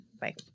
Bye